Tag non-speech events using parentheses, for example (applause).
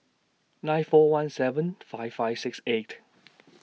nine four one seven five five six eight (noise)